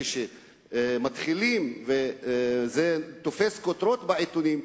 כאשר מתחילים וזה תופס כותרות בעיתונים,